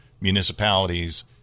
municipalities